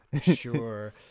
Sure